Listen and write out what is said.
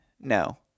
No